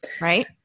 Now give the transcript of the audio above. Right